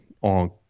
on